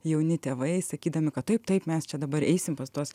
jauni tėvai sakydami kad taip taip mes čia dabar eisim pas tuos